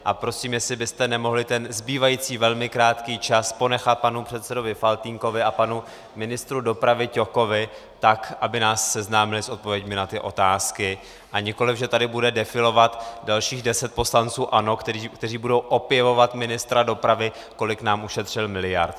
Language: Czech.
A prosím, jestli byste nemohli ten zbývající velmi krátký čas ponechat panu předsedovi Faltýnkovi a panu ministru dopravy Ťokovi, aby nás seznámili s odpověďmi na ty otázky, a nikoliv že tady bude defilovat dalších deset poslanců ANO, kteří budou opěvovat ministra dopravy, kolik nám ušetřil miliard.